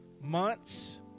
months